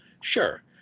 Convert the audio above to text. Sure